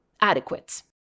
adequate